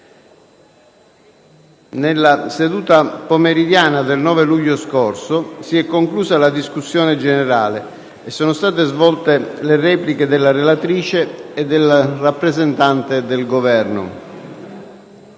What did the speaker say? nella seduta pomeridiana del 9 luglio si è conclusa la discussione generale ed hanno avuto luogo le repliche della relatrice e del rappresentante del Governo.